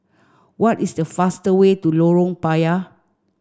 what is the fastest way to Lorong Payah